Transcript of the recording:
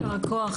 ישר כוח.